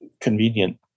convenient